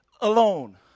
alone